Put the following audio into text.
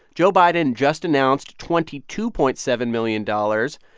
joe biden just announced twenty two point seven million dollars.